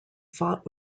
fought